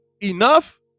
enough